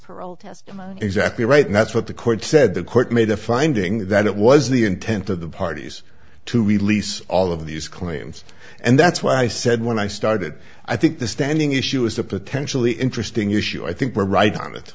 parole testimony exactly right and that's what the court said the court made a finding that it was the intent of the parties to release all of these claims and that's why i said when i started i think the standing issue is a potentially interesting issue i think we're right on it